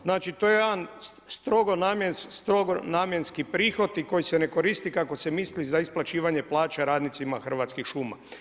Znači to je jedan strogo namjenski prihod i koji se ne koristi kako se misli za isplaćivanje plaća radnicima Hrvatskih šuma.